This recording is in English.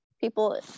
people